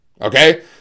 Okay